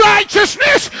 Righteousness